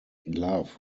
love